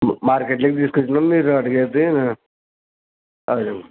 మా మార్కెట్లోకి తీసుకొచ్చాము మీరు అడిగితే అది